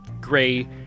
gray